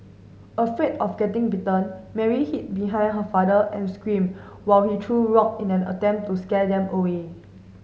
afraid of getting bitten Mary hid behind her father and screamed while he threw rock in an attempt to scare them away